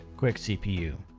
quick cpu.